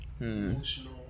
emotional